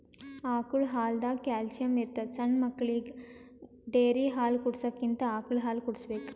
ಆಕಳ್ ಹಾಲ್ದಾಗ್ ಕ್ಯಾಲ್ಸಿಯಂ ಇರ್ತದ್ ಸಣ್ಣ್ ಮಕ್ಕಳಿಗ ಡೇರಿ ಹಾಲ್ ಕುಡ್ಸಕ್ಕಿಂತ ಆಕಳ್ ಹಾಲ್ ಕುಡ್ಸ್ಬೇಕ್